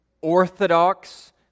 orthodox